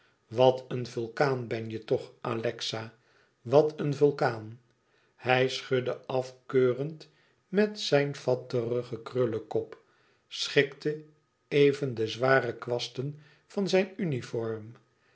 wat een vulkaan ben je toch alexa wat een vulkaan hij schudde afkeurend met zijn fatterigen krullekop schikte even de zware kwasten van zijn uniform